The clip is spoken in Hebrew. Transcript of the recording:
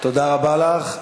תודה רבה לך.